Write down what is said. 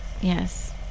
Yes